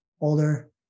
older